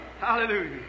Hallelujah